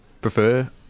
prefer